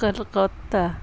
Calcutta